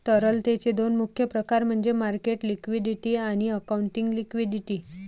तरलतेचे दोन मुख्य प्रकार म्हणजे मार्केट लिक्विडिटी आणि अकाउंटिंग लिक्विडिटी